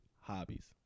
Hobbies